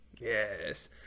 Yes